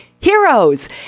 heroes